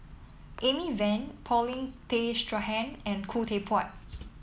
Amy Van Paulin Tay Straughan and Khoo Teck Puat